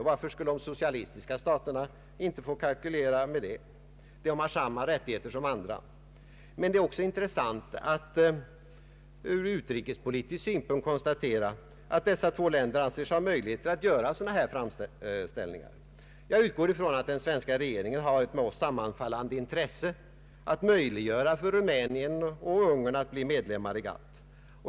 Och varför skulle de socialistiska staterna inte få kalkylera med det? De bör ha samma rättigheter som andra. Det är också intressant att ur utrikespolitisk synpunkt notera att dessa två länder anser sig ha möjligheter att göra sådana här framställningar. Jag utgår ifrån att den svenska regeringen har ett med oss sammanfallande intresse att möjliggöra för Rumänien och Ungern att bli medlemmar i GATT.